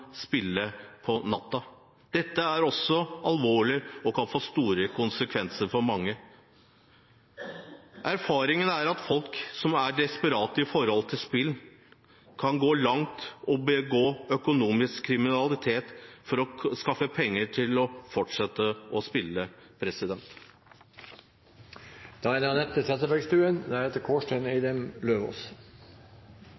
alvorlig og kan få store konsekvenser for mange. Erfaringen er at folk som er desperate når det gjelder spill, kan gå så langt at de begår økonomisk kriminalitet for å skaffe penger til å fortsette å spille. Opprettelsen av det